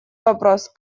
вопрос